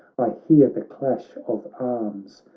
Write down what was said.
i hear the clash of arms,